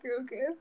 okay